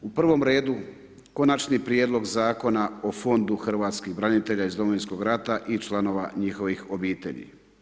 U prvom redu, Konačni prijedlog Zakona o Fondu hrvatskih branitelja iz Domovinskog rata i članova njihovih obitelji.